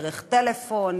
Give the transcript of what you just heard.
דרך טלפון,